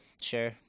Sure